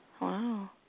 Wow